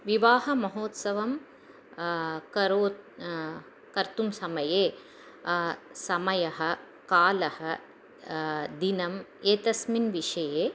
विवाहमहोत्सवं करो कर्तुं समये समयः कालः दिनम् एतस्मिन् विषये